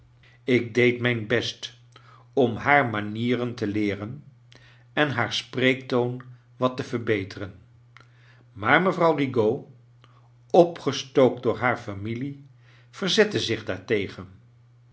ik deed mijn best om haar manieren te leeren en haar spreektoon wat te verbeteren maar mevrouw rigaud opgestookt door haar familie verzette zich daartegen